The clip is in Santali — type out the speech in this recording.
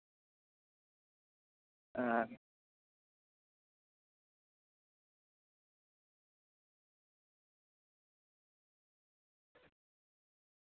ᱚᱸ